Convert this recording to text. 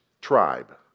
tribe